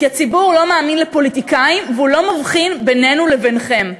כי הציבור לא מאמין לפוליטיקאים והוא לא מבחין בינינו לבינכם.